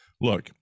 look